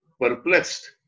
perplexed